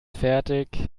fertig